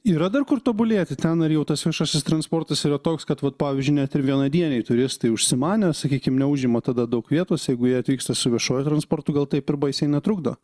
yra dar kur tobulėti ten ar jau tas viešasis transportas yra toks kad vat pavyzdžiui net ir vienadieniai turistai užsimanė sakykim neužima tada daug vietos jeigu jie atvyksta su viešuoju transportu gal taip ir baisiai netrukdo